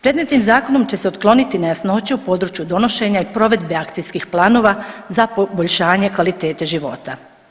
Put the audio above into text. Predmetnim zakonom će se otkloniti nejasnoće u području donošenja i provedbe akcijskih planova za poboljšanje kvalitete života.